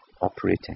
operating